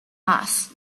mass